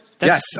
Yes